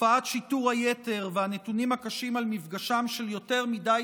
תופעת שיטור היתר והנתונים הקשים על מפגשם של יותר מדי